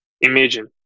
Imagine